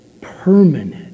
permanent